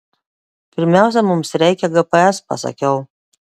pirmiausia mums reikia gps pasakiau